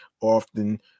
often